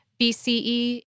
BCE